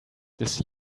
this